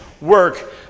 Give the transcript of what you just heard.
work